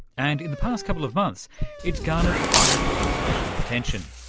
and in the past couple of months it's gathered quite a bit of international attention.